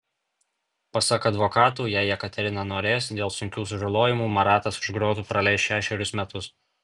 pasak advokatų jei jekaterina norės dėl sunkių sužalojimų maratas už grotų praleis šešerius metus